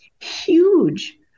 huge